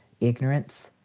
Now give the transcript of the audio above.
ignorance